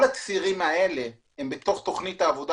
כל הצירים האלה הם בתוך תכנית העבודה